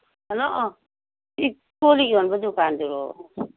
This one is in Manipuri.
ꯍꯂꯣ ꯁꯤ ꯀꯣꯜ ꯂꯤꯛ ꯌꯣꯟꯕ ꯗꯨꯀꯥꯟꯗꯨꯔꯣ